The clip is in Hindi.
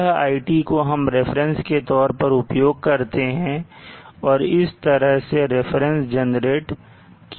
यह iT को हम रेफरेंस के तौर पर उपयोग करते हैं और इस तरह से रिफरेंस जनरेट किया जाता है